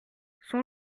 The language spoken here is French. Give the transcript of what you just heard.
son